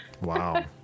Wow